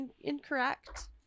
incorrect